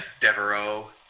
Devereaux